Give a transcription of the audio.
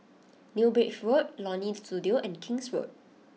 New Bridge Road Leonie Studio and King's Road